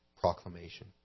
proclamation